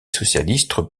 socialistes